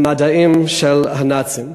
במדים של הנאצים.